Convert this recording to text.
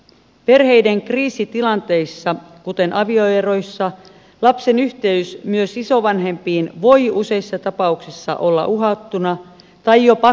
perheiden kriisitilanteissa kuten avioeroissa lapsen yhteys myös isovanhempiin voi useissa tapauksissa olla uhattuna tai jopa katketa